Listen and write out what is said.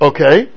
Okay